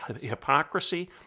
hypocrisy